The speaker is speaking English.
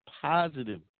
positive